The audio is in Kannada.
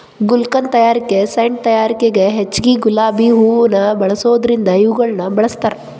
ಗುಲ್ಕನ್ ತಯಾರಿಕೆ ಸೇಂಟ್ ತಯಾರಿಕೆಗ ಹೆಚ್ಚಗಿ ಗುಲಾಬಿ ಹೂವುನ ಬಳಸೋದರಿಂದ ಇವುಗಳನ್ನ ಬೆಳಸ್ತಾರ